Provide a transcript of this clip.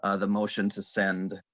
ah the motion to send.